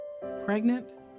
Pregnant